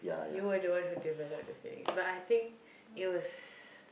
you were the one who developed the feelings but I think it was